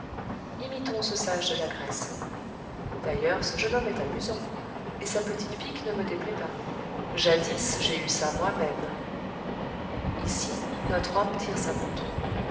imitons ce sage de la grèce d'ailleurs ce jeune homme est amusant et sa petite pique ne me déplaît pas jadis j'ai eu ça moi-même